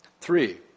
Three